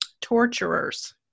torturers